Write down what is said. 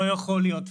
לא יכול להיות,